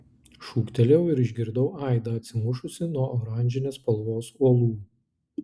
šūktelėjau ir išgirdau aidą atsimušusį nuo oranžinės spalvos uolų